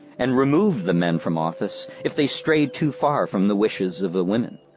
and removed the men from office if they strayed too far from the wishes of the women.